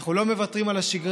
אנחנו לא מוותרים על השגרה,